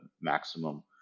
maximum